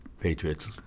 Patriots